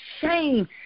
shame